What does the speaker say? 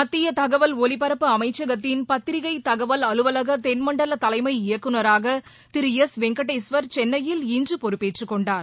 மத்திய தகவல் ஒலிபரப்பு அமைச்சகத்தின் பத்திரிகை தகவல் அலுவலக தென்மண்டல தலைமை இயக்குநராக திரு எஸ் வெங்கடேஸ்வர் சென்னையில் இன்று பொறுப்பேற்றுக் கொண்டார்